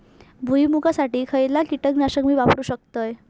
भुईमुगासाठी खयला तण नाशक मी वापरू शकतय?